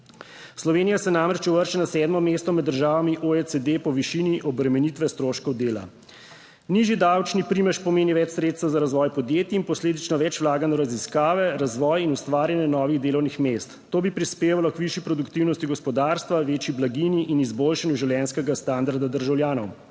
Slovenija se namreč uvršča na sedmo mesto med državami OECD po višini obremenitve stroškov dela. Nižji davčni primež pomeni več sredstev za razvoj podjetij in posledično več vlaganj v raziskave, razvoj in ustvarjanje novih delovnih mest. To bi 20. TRAK: (NB) – 11.35 (Nadaljevanje) prispevalo k večji produktivnosti gospodarstva, večji blaginji in izboljšanju življenjskega standarda državljanov.